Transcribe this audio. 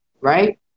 right